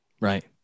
right